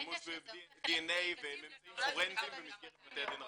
שימוש בדנ"א וממצאים פורנזיים במסגרת בתי הדין הרבניים.